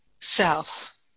self